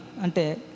Ante